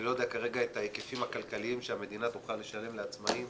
אני לא יודע כרגע את ההיקפים הכלכליים שהמדינה תוכל לשלם לעצמאים